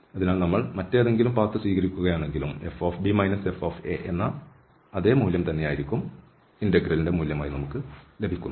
അതിനാൽ നമ്മൾ മറ്റേതെങ്കിലും പാത്ത് സ്വീകരിക്കുകയാണെങ്കിൽ fb f എന്ന അതേ മൂല്യം തന്നെയായിരിക്കും നമുക്ക് ലഭിക്കുന്നത്